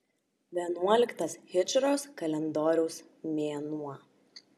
vienuoliktas hidžros kalendoriaus mėnuo